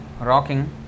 rocking